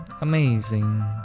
amazing